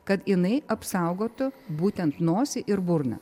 kad jinai apsaugotų būtent nosį ir burną